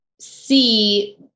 see